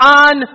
on